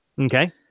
Okay